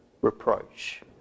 reproach